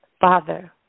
Father